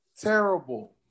terrible